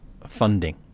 funding